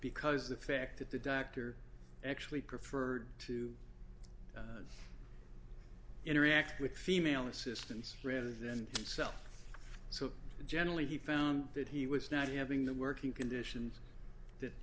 because the fact that the doctor actually preferred to interact with female assistants rather than itself so generally he found that he was not having the working conditions that